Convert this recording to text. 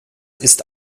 ist